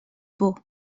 por